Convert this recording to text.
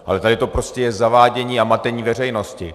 Ale tady to je prostě zavádění a matení veřejnosti.